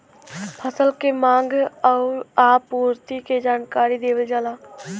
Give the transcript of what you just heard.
फसल के मांग आउर आपूर्ति के जानकारी देवल जाला